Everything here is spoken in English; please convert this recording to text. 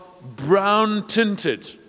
brown-tinted